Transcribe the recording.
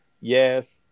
Yes